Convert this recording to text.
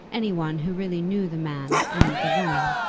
any one who really knew the man and the woman,